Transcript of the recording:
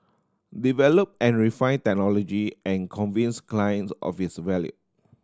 develop and refine technology and convince clients of its value